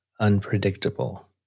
unpredictable